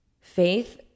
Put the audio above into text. Faith